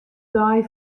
dei